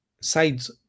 sides